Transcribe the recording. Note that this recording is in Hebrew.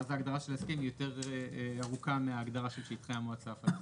ואז ההגדרה של ההסכם היא יותר ארוכה מההגדרה של שטחי המועצה הפלסטינית.